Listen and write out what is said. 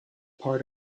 part